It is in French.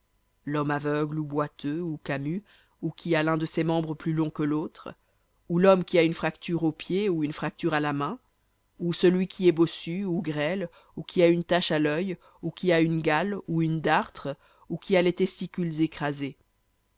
l'homme aveugle ou boiteux ou camus ou qui a l'un de ses membres plus long que lautre ou l'homme qui a une fracture au pied ou une fracture à la main ou celui qui est bossu ou grêle ou qui a une tache à l'œil ou qui a une gale ou une dartre ou qui a les testicules écrasés